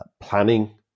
planning